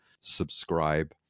subscribe